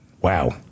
Wow